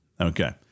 Okay